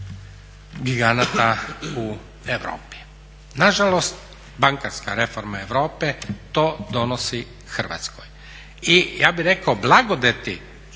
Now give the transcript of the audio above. giganta u Europi. Nažalost, bankarska reforma Europe to donosi Hrvatskoj. I ja bih rekao blagodati